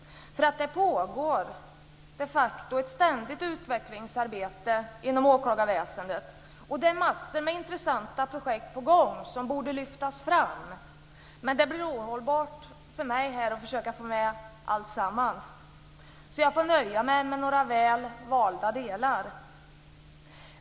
Det pågår de facto ett ständigt utvecklingsarbete inom åklagarväsendet, och det är massor av intressanta projekt på gång som borde lyftas fram. Men det blir ohållbart att försöka få med alltsammans, så jag får nöja mig med några väl valda delar.